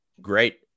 Great